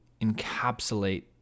encapsulate